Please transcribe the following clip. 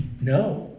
no